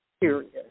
Period